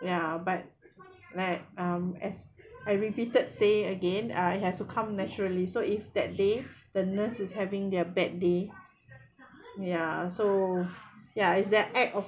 ya but like um as I repeated say again uh it has to come naturally so if that day the nurse is having their bad day ya so ya is the act of